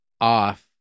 off